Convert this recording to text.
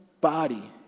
body